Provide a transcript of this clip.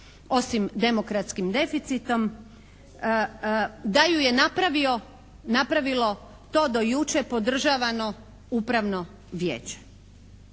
osim demokratskim deficitom da ju je napravilo to do jučer podržavano Upravno vijeće.